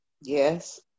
Yes